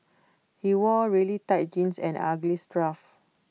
he wore really tight jeans and ugly scarf